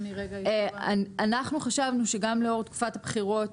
אנחנו חשבנו שגם לאור תקופת הבחירות